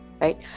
right